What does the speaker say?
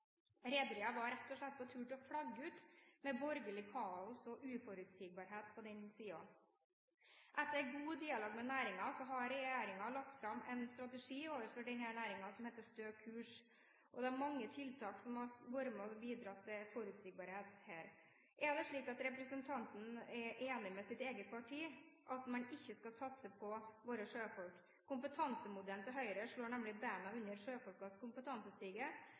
Rederiene var rett og slett på tur til å flagge ut med borgerlig kaos og uforutsigbarhet på den siden. Etter god dialog med næringen har regjeringen lagt fram en strategi, som heter Stø kurs, overfor denne næringen. Det er mange tiltak som har vært med og bidratt til forutsigbarhet her. Er det slik at representanten er enig med sitt eget parti i at man ikke skal satse på våre sjøfolk? Kompetansemodellen til Høyre slår nemlig beina under sjøfolkenes kompetansestige,